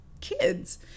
kids